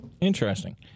Interesting